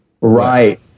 Right